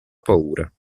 paura